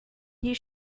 you